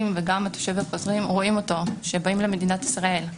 וגם התושבים החוזרים רואים אותו כשבאים למדינת ישראל,